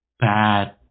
bad